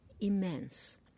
immense